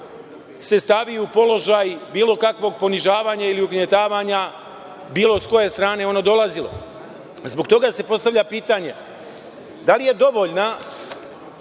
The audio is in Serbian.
se stavi u položaj bilo kakvog ponižavanja ili ugnjetavanja bilo s koje strane ono dolazilo. Zbog toga se postavlja pitanje – da li je dovoljna